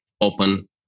open